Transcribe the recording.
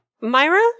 Myra